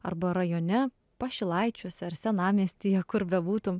arba rajone pašilaičiuose ar senamiestyje kur bebūtum